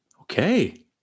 Okay